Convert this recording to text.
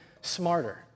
smarter